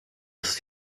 ist